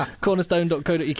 cornerstone.co.uk